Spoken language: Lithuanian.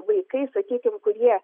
vaikai sakykim kurie